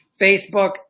Facebook